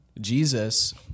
Jesus